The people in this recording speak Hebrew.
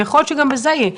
יכול להיות שגם בזה יהיה,